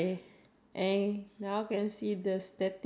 and now can see the statics